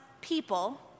people